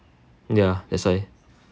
ya that's why